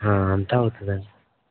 అంతా అవుతాదండి